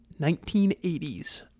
1980s